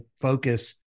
focus